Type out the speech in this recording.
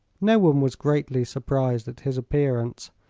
no one was greatly surprised at his appearance,